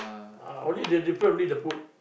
ah only the different only the food